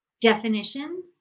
definition